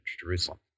Jerusalem